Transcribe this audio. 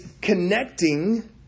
connecting